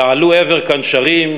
יעלו אבר כנשרים,